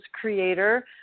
creator